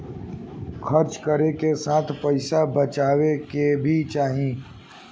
खर्च करे के साथ पइसा बचाए के भी चाही